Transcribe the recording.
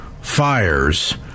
fires